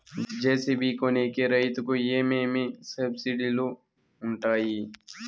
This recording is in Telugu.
జె.సి.బి కొనేకి రైతుకు ఏమేమి సబ్సిడి లు వుంటాయి?